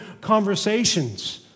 conversations